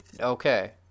Okay